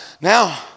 Now